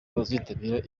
bazitabira